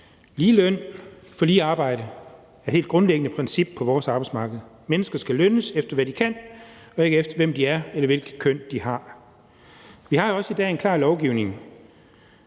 Lige løn for lige arbejde er et helt grundlæggende princip på vores arbejdsmarked. Mennesker skal lønnes efter, hvad de kan, og ikke efter, hvem de er, eller hvilket køn de har. Vi har også i dag en klar lovgivning